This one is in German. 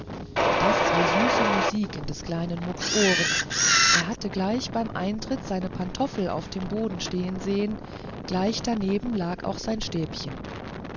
das war süße musik in des kleinen mucks ohren er hatte gleich beim eintritt seine pantoffel auf dem boden stehen sehen gleich daneben lag auch sein stäbchen